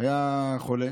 היה חולה,